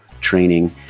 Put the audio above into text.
training